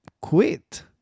quit